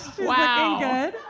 wow